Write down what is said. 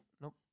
Nope